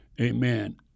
Amen